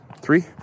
Three